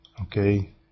Okay